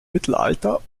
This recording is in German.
mittelalter